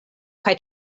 kaj